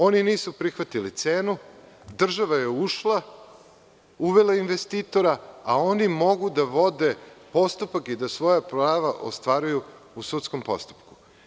Oni nisu prihvatili cenu, država je ušla, uvela investitora, a oni mogu da vode postupak i da svoja prava ostvaruju u sudskom postupku.